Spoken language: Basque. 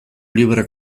libre